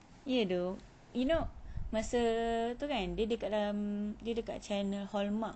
ya dah you know masa tu kan dia kat dalam dia kat channel hallmark